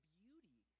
beauty